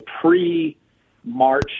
pre-March